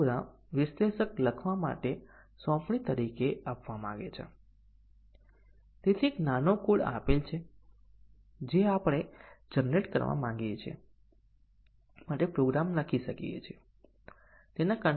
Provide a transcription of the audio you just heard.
એ જ રીતે આપણે માટે શોધીશું જ્યારે આપણે A અને C ને અચળ રાખતા B ને બદલીએ છીએ પરિણામ બદલાવું જોઈએ